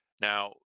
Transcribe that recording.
Now